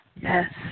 Yes